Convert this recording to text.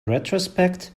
retrospect